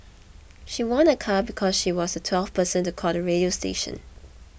she won a car because she was the twelfth person to call the radio station